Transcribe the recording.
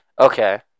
Okay